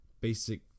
Basic